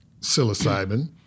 psilocybin